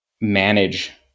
manage